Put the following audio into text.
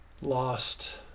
Lost